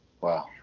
wow